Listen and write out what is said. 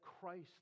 Christ